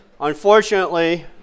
Unfortunately